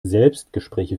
selbstgespräche